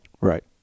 Right